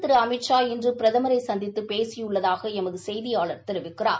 திரு அமித்ஷா இன்று பிரதமரை சந்தித்து பேசியுள்ளதாக எமது செய்தியாளா் தெரிவிக்கிறார்